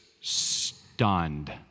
stunned